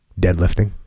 deadlifting